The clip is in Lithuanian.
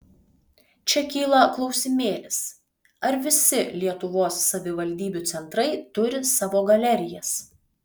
čia kyla klausimėlis ar visi lietuvos savivaldybių centrai turi savo galerijas